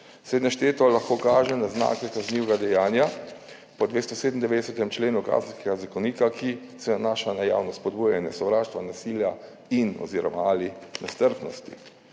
Vse našteto lahko kaže na znake kaznivega dejanja po 297. členu Kazenskega zakonika, ki se nanaša na javno spodbujanje sovraštva, nasilja in oziroma ali nestrpnosti.